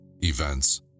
events